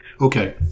Okay